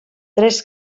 tres